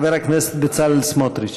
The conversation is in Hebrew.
חבר הכנסת בצלאל סמוטריץ.